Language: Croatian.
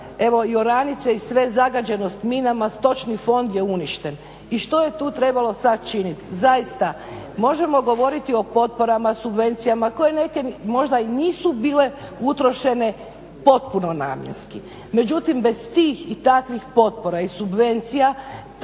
naša oranica i sve zagađenost minama, stočni fond je uništen i što je tu sada trebalo činiti. Zaista možemo govoriti o potporama, subvencijama koje neke možda i nisu bile utrošene potpuno namjenski, međutim bez tih i takvih potpora i subvencija